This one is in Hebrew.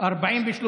1 לא נתקבלה.